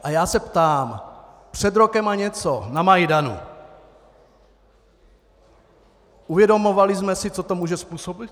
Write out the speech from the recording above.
A já se ptám: Před rokem a něco na Majdanu uvědomovali jsme si, co to může způsobit?